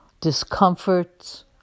discomforts